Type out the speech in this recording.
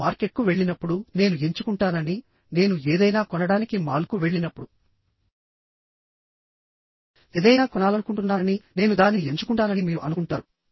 నేను మార్కెట్కు వెళ్ళినప్పుడు నేను ఎంచుకుంటానని నేను ఏదైనా కొనడానికి మాల్కు వెళ్ళినప్పుడు ఏదైనా కొనాలనుకుంటున్నాననినేను దానిని ఎంచుకుంటానని మీరు అనుకుంటారు